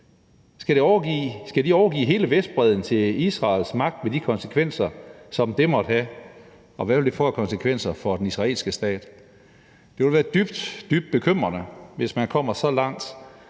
Skal de overgive hele Vestbredden til Israel med de konsekvenser, som det måtte have? Og hvad vil det få af konsekvenser for den israelske stat? Det ville være dybt, dybt bekymrende, hvis det når